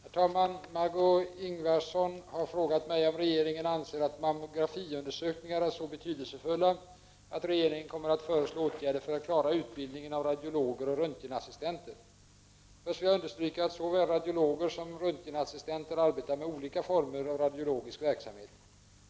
Herr talman! Margö Ingvardsson har frågat mig om regeringen anser att mammografiundersökningar är så betydelsefulla att regeringen kommer att föreslå åtgärder för att klara utbildningen av radiologer och röntgenassistenter. Först vill jag understryka att såväl radiologer som röntgenassistenter arbetar med olika former av radiologisk verksamhet.